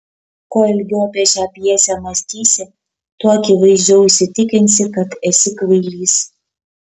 kuo ilgiau apie šią pjesę mąstysi tuo akivaizdžiau įsitikinsi kad esi kvailys